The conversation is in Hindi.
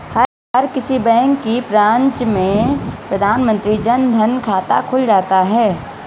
हर किसी बैंक की ब्रांच में प्रधानमंत्री जन धन खाता खुल जाता है